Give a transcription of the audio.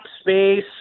space